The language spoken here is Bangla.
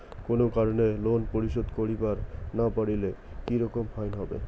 কোনো কারণে লোন পরিশোধ করিবার না পারিলে কি রকম ফাইন হবে?